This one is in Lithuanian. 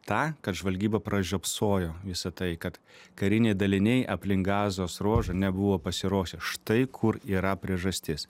ta kad žvalgyba pražiopsojo visa tai kad kariniai daliniai aplink gazos ruožą nebuvo pasiruošę štai kur yra priežastis